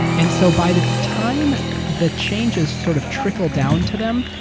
and so by the time the changes sort of trickled down to them,